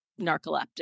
narcoleptic